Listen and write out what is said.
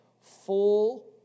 Full